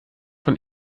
von